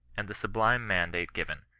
and the sublune mandate given,